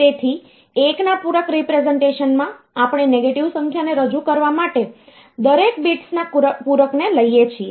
તેથી 1 ના પૂરક રીપ્રેસનટેશનમાં આપણે નેગેટિવ સંખ્યાને રજૂ કરવા માટે દરેક બિટ્સ ના પૂરકને લઈએ છીએ